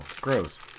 Gross